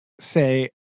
say